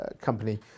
company